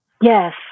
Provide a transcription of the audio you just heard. Yes